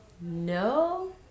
No